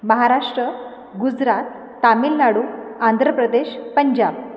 Maharashtra Gujarat Tamil Nadu Andhra Pradesh Punjab